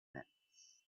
nets